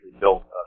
built